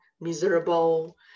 miserable